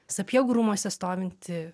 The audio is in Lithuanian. sapiegų rūmuose stovinti